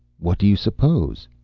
what do you suppose?